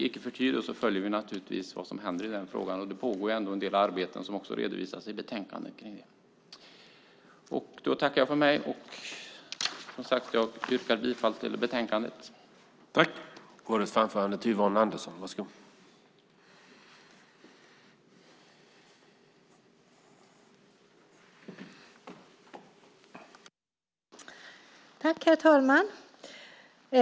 Icke förty följer vi naturligtvis vad som händer i frågan. Det pågår en del arbeten som också redovisas i betänkandet. Som sagt yrkar jag bifall till utskottets förslag.